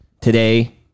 today